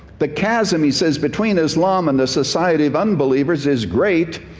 the chasm, he says, between islam and the society of unbelievers is great.